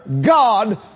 God